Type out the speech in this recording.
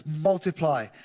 multiply